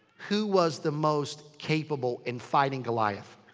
who was the most capable in fighting goliath?